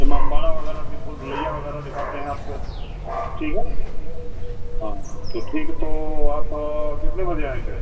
इमामबाड़ा वग़ैरह यह भूल भुलैया वग़ैरह दिखाते हैं आपको ठीक है हाँ तो ठीक तो आप कितने बजे आऍंगे